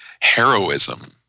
heroism